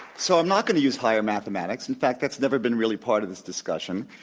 so i'm not going to use higher mathematics. in fact, that's never been really part of this discussion.